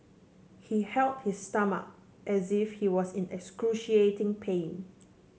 he held his stomach as if he was in excruciating pain